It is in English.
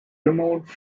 removed